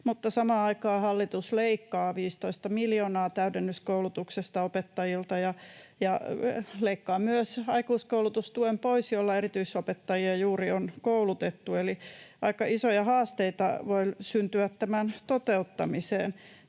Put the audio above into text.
Mutta samaan aikaan hallitus leikkaa 15 miljoonaa täydennyskoulutuksesta opettajilta ja leikkaa pois myös aikuiskoulutustuen, jolla juuri erityisopettajia on koulutettu, eli aika isoja haasteita voi syntyä tämän toteuttamisessa.